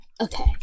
Okay